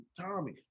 Tommy